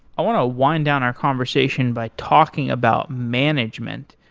i want to wind down our conversation by talking about management.